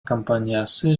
компаниясы